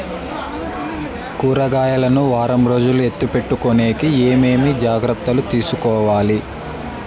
కూరగాయలు ను వారం రోజులు ఎత్తిపెట్టుకునేకి ఏమేమి జాగ్రత్తలు తీసుకొవాలి?